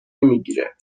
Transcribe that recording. نمیگیره